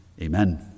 Amen